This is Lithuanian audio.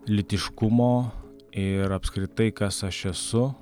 lytiškumo ir apskritai kas aš esu